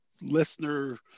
listener